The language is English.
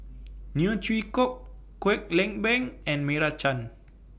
Neo Chwee Kok Kwek Leng Beng and Meira Chand